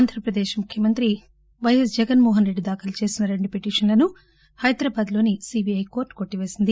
ఆంధ్రప్రదేశ్ ముఖ్యమంత్రి వైఎస్ జగన్మోహన్ రెడ్డి దాఖలు చేసిన రెండు పిటిషన్లను హైదరాబాద్ లోని సీబీఐ కోర్టు కొట్టిపేసింది